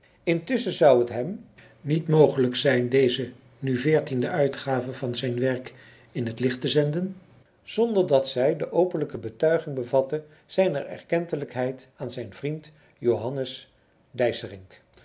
intusschen zou het hem niet mogelijk zijn deze nu veertiende uitgave van zijn werk in het licht te zenden zonder dat zij de openlijke betuiging bevatte zijner erkentelijkheid aan zijn vriend johannes dyserinck